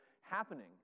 happening